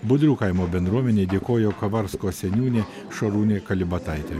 budrių kaimo bendruomenei dėkojo kavarsko seniūnė šarūnė kalibataitė